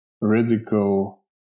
radical